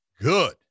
good